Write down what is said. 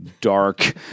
Dark